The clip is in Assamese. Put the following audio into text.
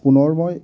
পুনৰবাৰ